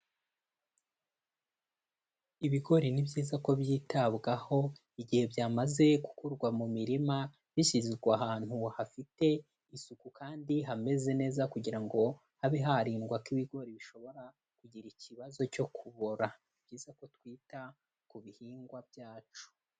Ibigori ni byiza ko byitabwaho igihe byamaze gukurwa mu mirima bishyirwa ahantu hafite isuku kandi hameze neza kugira ngo habe harindwa ko ibigori bishobora kugira ikibazo cyo kubora. Ni byiza ko twita ku bihingwa byacu.